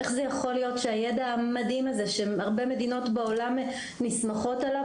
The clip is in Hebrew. איך זה יכול להיות שהידע המדהים הזה שהרבה מדינות בעולם נסמכות עליו,